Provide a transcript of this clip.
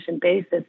basis